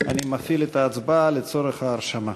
אני מפעיל את ההצבעה לצורך ההרשמה.